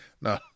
No